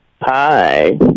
Hi